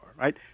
right